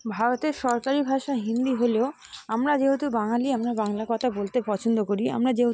ভারতের সরকারি ভাষা হিন্দি হলেও আমরা যেহেতু বাঙালি আমরা বাংলা কথা বলতে পছন্দ করি আমরা